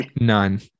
None